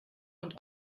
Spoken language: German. und